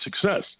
success